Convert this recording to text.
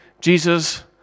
Jesus